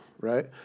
right